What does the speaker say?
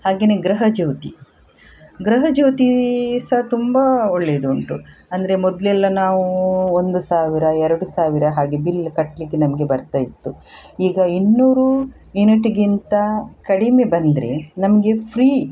ಹಾಗೆನೇ ಗೃಹಜ್ಯೋತಿ ಗೃಹಜ್ಯೋತಿ ಸಹ ತುಂಬ ಒಳ್ಳೆಯದುಂಟು ಅಂದರೆ ಮೊದಲೆಲ್ಲ ನಾವು ಒಂದು ಸಾವಿರ ಎರಡು ಸಾವಿರ ಹಾಗೆ ಬಿಲ್ ಕಟ್ಟಲಿಕ್ಕೆ ನಮಗೆ ಬರ್ತಾ ಇತ್ತು ಈಗ ಇನ್ನೂರು ಯುನಿಟ್ಟಿಗಿಂತ ಕಡಿಮೆ ಬಂದರೆ ನಮಗೆ ಫ್ರೀ